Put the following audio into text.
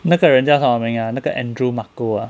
那个人家叫什么名 ah 那个 andrew marco ah